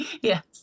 Yes